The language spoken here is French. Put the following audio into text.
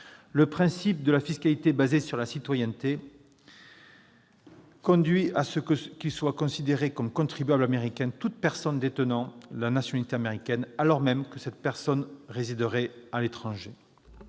le principe de la fiscalité fondée sur la citoyenneté conduit à ce que soit considérée comme contribuable américain toute personne détenant la nationalité américaine, alors même qu'elle résiderait à l'étranger.